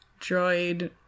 droid